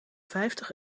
vijftig